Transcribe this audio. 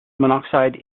monoxide